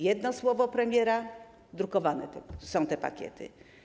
Jedno słowo premiera - drukowane są te pakiety.